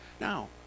Now